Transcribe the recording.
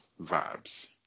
vibes